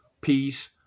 peace